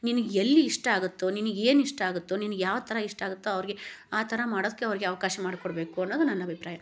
ನಿನಗೆಲ್ಲಿ ಇಷ್ಟ ಆಗುತ್ತೊ ನಿನ್ಗೇನು ಇಷ್ಟ ಆಗುತ್ತೊ ನಿನ್ಗೆ ಯಾವ ಥರ ಇಷ್ಟ ಆಗುತ್ತೊ ಅವ್ರಿಗೆ ಆ ಥರ ಮಾಡೋದಕ್ಕೆ ಅವ್ರಿಗೆ ಅವಕಾಶ ಮಾಡಿಕೊಡ್ಬೇಕು ಅನ್ನೋದು ನನ್ನ ಅಭಿಪ್ರಾಯ